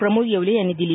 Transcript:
प्रमोद येवले यांनी दिली